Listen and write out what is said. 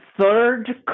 Third